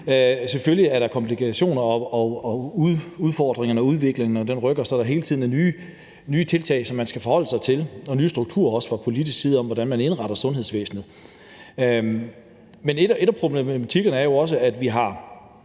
Selvfølgelig er der komplikationer, der er hele tiden nye udfordringer og en udvikling med nye tiltag, som man skal forholde sig til – også nye strukturer fra politisk side, med hensyn til hvordan man indretter sundhedsvæsenet. Men en af problematikkerne er jo også, at der